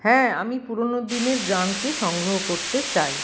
হ্যাঁ আমি পুরনো দিনের গানকে সংগ্রহ করতে চাই